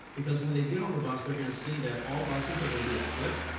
because when they get on the bus, they're gonna see that all buses are gonna be equipped.